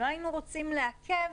לא היינו רוצים לעכב,